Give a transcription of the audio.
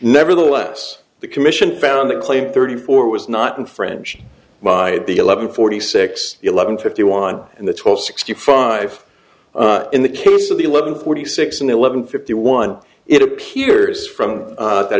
nevertheless the commission found that claim thirty four was not in french wide the eleven forty six eleven fifty one and the twelve sixty five in the case of the eleven thirty six and eleven fifty one it appears from that